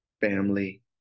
family